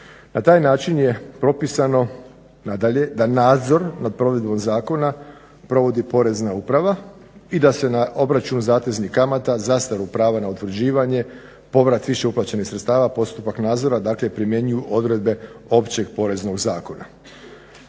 Na taj način je propisano nadalje da nadzor nad provedbom zakona provodi Porezna uprava i da se na obračun zateznih kamata zastaru prava na utvrđivanje povrat više uplaćenih sredstava postupak nadzora primjenjuju odredbe Općeg poreznog zakona.